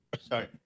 Sorry